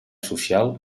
social